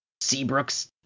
Seabrook's